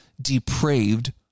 depraved